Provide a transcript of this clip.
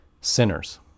sinners